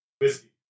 Whiskey